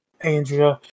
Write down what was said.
Andrea